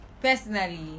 personally